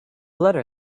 letter